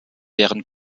deren